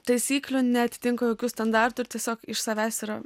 taisyklių neatitinka jokių standartų ir tiesiog iš savęs yra